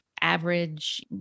average